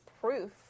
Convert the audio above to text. proof